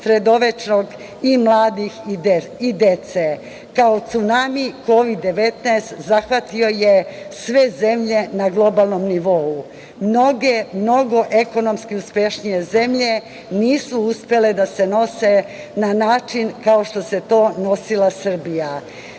sredovečnog, i mladih i dece. Kao cunami kovid 19 zahvatio je sve zemlje na globalnom nivou. Mnogo ekonomski uspešnije zemlje nisu uspele da se nose na način kao što se to nosila Srbija.